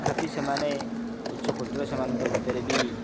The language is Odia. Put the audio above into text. ତଥାପି ସେମାନେ ଉଚ୍ଚ କୋଟୀର ସେମାନଙ୍କ ଭିତରେ ବି